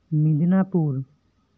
Medinipur